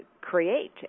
create